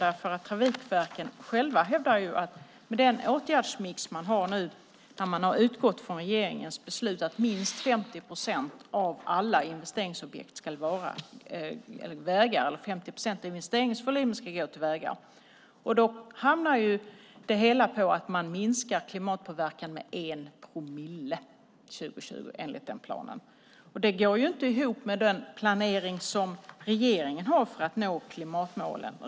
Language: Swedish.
Trafikverken själva hävdar att med den åtgärdsmix man har nu, där man har utgått från regeringens beslut att minst 50 procent investeringsvolym ska gå till vägar, hamnar det hela enligt planen på att klimatpåverkan minskar med 1 promille till 2020. Det går ju inte ihop med den planering som regeringen har för att nå klimatmålen.